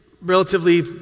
relatively